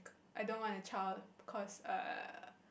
I don't want a child because uh